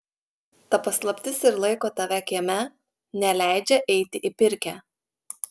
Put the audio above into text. ta paslaptis ir laiko tave kieme neleidžia eiti į pirkią